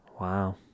wow